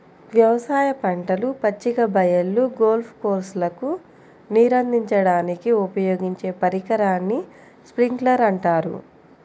వ్యవసాయ పంటలు, పచ్చిక బయళ్ళు, గోల్ఫ్ కోర్స్లకు నీరందించడానికి ఉపయోగించే పరికరాన్ని స్ప్రింక్లర్ అంటారు